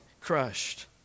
crushed